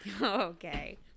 Okay